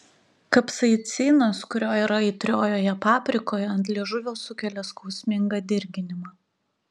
kapsaicinas kurio yra aitriojoje paprikoje ant liežuvio sukelia skausmingą dirginimą